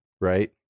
right